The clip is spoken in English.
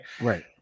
Right